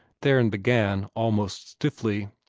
theron began almost stiffly.